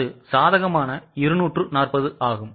அது சாதகமான 240 ஆகும்